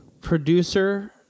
producer